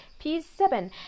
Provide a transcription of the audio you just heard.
P7